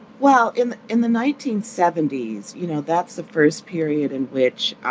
well, in in the nineteen seventy s, you know, that's the first period in which,